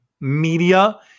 media